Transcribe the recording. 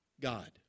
God